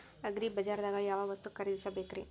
ಅಗ್ರಿಬಜಾರ್ದಾಗ್ ಯಾವ ವಸ್ತು ಖರೇದಿಸಬೇಕ್ರಿ?